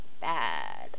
Bad